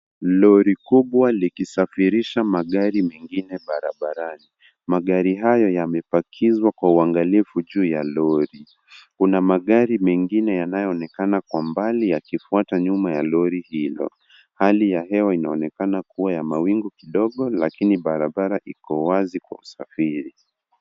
Lori kubwa likisafirisha magari mengine barabarani. Magari hayo yamepakizwa kwa uangalifu juu ya lori. Kuna magari mengine yanayoonekana kwa mbali yakifuata nyuma ya Lori hilo. Hali ya hewa inaonekana kuwa ya mawingu kidogo lakini barabara iko wazi kwa usafiri.